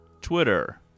Twitter